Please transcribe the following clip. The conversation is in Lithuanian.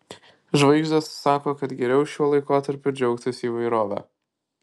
žvaigždės sako kad geriau šiuo laikotarpiu džiaugtis įvairove